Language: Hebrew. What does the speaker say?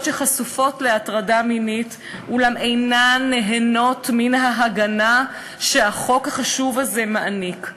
שחשופות להטרדה מינית אולם אינן נהנות מן ההגנה שהחוק החשוב הזה מעניק.